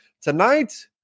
tonight